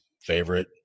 favorite